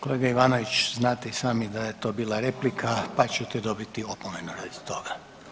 Kolega Ivanović, znate i sami da je to bila replika pa ćete dobiti opomenu radi toga.